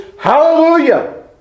Hallelujah